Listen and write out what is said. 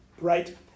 right